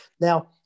now